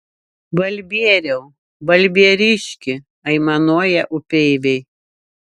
balbieriau balbieriški aimanuoja upeiviai